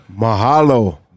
Mahalo